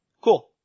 cool